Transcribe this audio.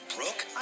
Brooke